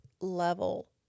level